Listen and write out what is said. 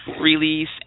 release